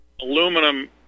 aluminum